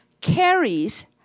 carries